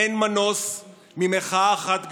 אין מנוס ממחאה אחת גדולה,